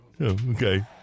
Okay